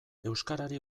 euskarari